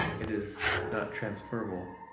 it is not transferable.